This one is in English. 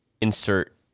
insert